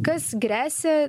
kas gresia